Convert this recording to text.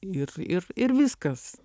ir ir ir viskas